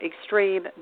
extreme